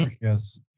Yes